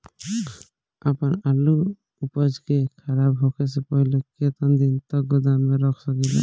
आपन आलू उपज के खराब होखे से पहिले केतन दिन तक गोदाम में रख सकिला?